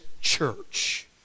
church